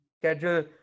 schedule